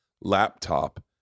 laptop